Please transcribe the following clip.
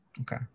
Okay